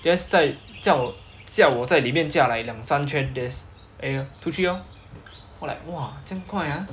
just 在叫叫我在里面驾 like 两三圈 just !aiyo! 出去 lor 我 like !wah! 这样快 ah